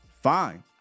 Fine